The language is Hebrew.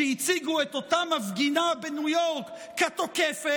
שהציגו את אותה מפגינה בניו יורק כתוקפת,